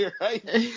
right